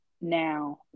Now